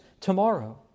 tomorrow